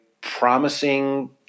promising